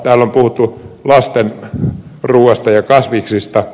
täällä on puhuttu lasten ruuasta ja kasviksista